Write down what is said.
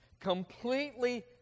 completely